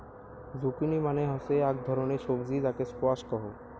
zucchini মানে হসে আক ধরণের সবজি যাকে স্কোয়াশ কহু